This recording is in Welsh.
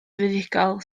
fuddugol